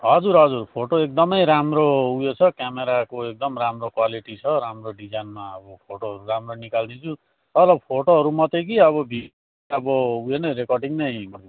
हजुर हजुर फोटो एकदमै राम्रो उयो क्यामेराको एकदम राम्रो क्वालिटी छ राम्रो डिजाइनमा अब फोटोहरू राम्रो निकालिदिन्छु तपाईँलाई फोटोहरू मात्रै कि अब भिडियो अब उयो नै रिकर्डिङ नै गर्नुपर्ने